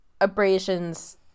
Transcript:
abrasions